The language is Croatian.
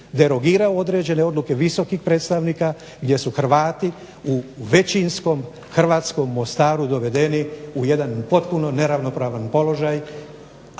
određene odluke visokih predstavnika gdje su Hrvati u većinskom hrvatskom Mostaru dovedeni u jedan potpuno neravnopravan položaj,